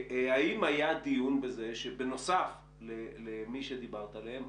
האם היה דיון בזה שבנוסף למי שדיברת עליהם,